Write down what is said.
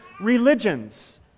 religions